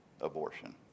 abortion